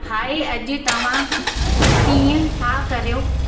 हाए अॼु तव्हां कीअं था कयो